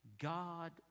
God